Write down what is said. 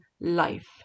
life